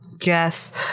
Yes